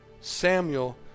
Samuel